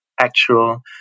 actual